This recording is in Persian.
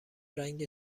رنگ